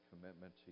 commitment